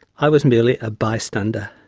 i was merely a bystander.